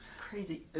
Crazy